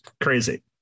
crazy